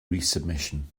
resubmission